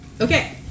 Okay